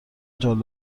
جالب